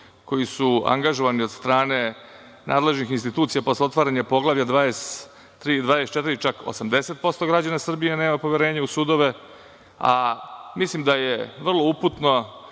koji su angažovani od strane nadležnih institucija posle otvaranja poglavlja 23. i 24. čak 80% građana Srbije nema poverenje u sudove. Mislim da je vrlo uputno